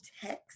text